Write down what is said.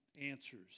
answers